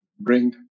bring